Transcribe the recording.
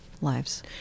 lives